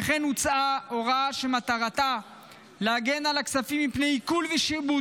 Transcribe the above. וכן הוצעה הוראה שמטרתה להגן על הכספים מפני עיקול ושיעבוד